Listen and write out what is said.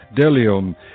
Delium